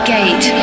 Gate